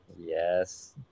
yes